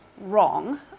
wrong